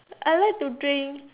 I like to drink